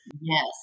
Yes